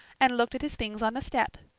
and looked at his things on the step.